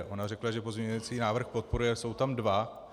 Ona řekla, že pozměňovací návrh podporuje, ale jsou tam dva.